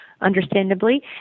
understandably